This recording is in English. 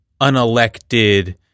unelected